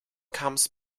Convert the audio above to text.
comes